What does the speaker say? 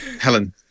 Helen